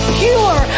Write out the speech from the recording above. pure